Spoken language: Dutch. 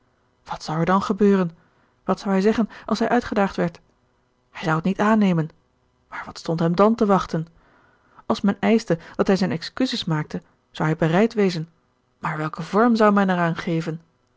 wat zou er dan gebeuren wat zou hij zeggen als hij uitgedaagd werd hij zou het niet aannemen maar wat stond hem dan te wachten als men eischte dat hij zijne excuses maakte zou hij bereid wezen maar welken vorm zou men er